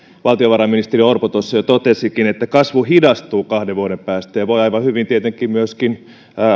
valtiovarainministeri orpo jo totesikin että kasvu hidastuu kahden vuoden päästä ja voi aivan hyvin tietenkin myöskin